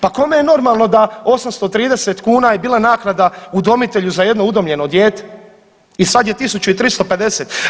Pa kome je normalno da 830 kuna je bila naknada udomitelju za jedno udomljeno dijete i sad je 1.350.